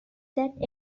that